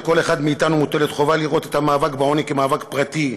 על כל אחד מאתנו מוטלת חובה לראות את המאבק בעוני כמאבק פרטי,